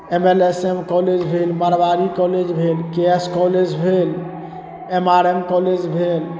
M L S M college भेल Marwari college भेल K S college भेल एम आर एम कॉलेज भेल